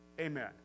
Amen